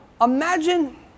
imagine